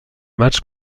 match